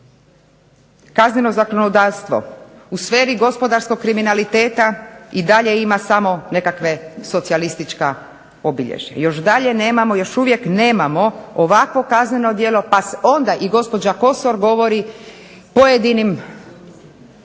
kazneno zakonodavstvo u sferi gospodarskog kriminaliteta i dalje ima samo neka socijalistička obilježja. Još uvijek nemamo ovako kazneno djelo pa onda i gospođa Kosor govori pojedinim